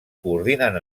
coordinen